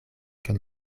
kion